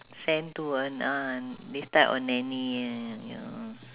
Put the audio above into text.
send to uh ah this type of nanny eh ya